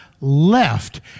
left